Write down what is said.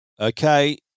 Okay